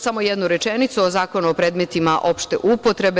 Samo jednu rečenicu o Zakonu o predmetima opšte upotrebe.